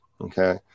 okay